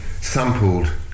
sampled